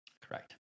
Correct